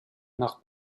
nach